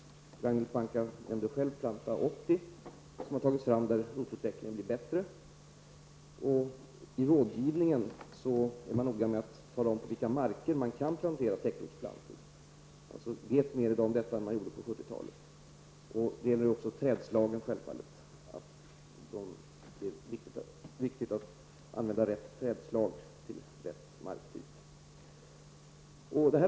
Ragnhild Pohanka nämnde själv Planta 80, som har tagits fram, där rotutvecklingen blir bättre. I rådgivningen är man noga med att tala om på vilka marker det är lämpligt att plantera täckrotsplantor. I dag vet man mer om detta än vad man gjorde på 70-talet. Det är självfallet också viktigt att använda rätt trädslag till rätt marktyp.